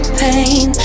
pain